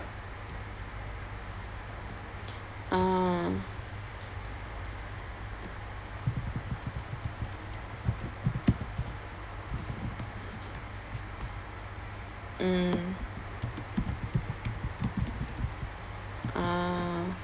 ah mm ah